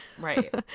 Right